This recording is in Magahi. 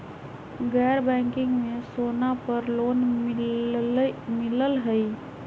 गैर बैंकिंग में सोना पर लोन मिलहई?